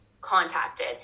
contacted